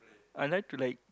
I like to like